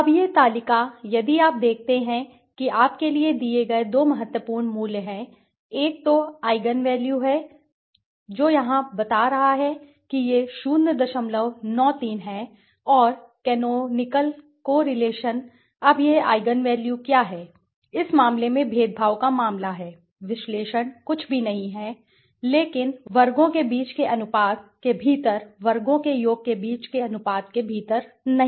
अब यह तालिका यदि आप देखते हैं कि आपके लिए दिए गए दो महत्वपूर्ण मूल्य हैं एक तो आईगन वैल्यू है जो यहां बता रहा है कि यह 093 सही है और कैनोनिकल कोरिलेशन अब यह आईगन वैल्यू क्या है इस मामले में भेदभाव का मामला है विश्लेषण कुछ भी नहीं है लेकिन वर्गों के बीच के अनुपात के बीच के अनुपात के भीतर वर्गों के योग के बीच के अनुपात के भीतर नहीं